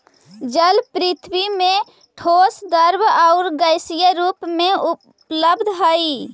जल पृथ्वी में ठोस द्रव आउ गैसीय रूप में उपलब्ध हई